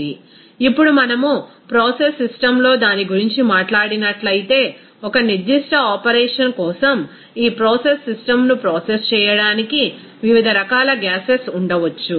refer slide టైం0145 ఇప్పుడు మనం ప్రాసెస్ సిస్టమ్లో దాని గురించి మాట్లాడినట్లయితే ఒక నిర్దిష్ట ఆపరేషన్ కోసం ఆ ప్రాసెస్ సిస్టమ్ను ప్రాసెస్ చేయడానికి వివిధ రకాల గ్యాసెస్ ఉండవచ్చు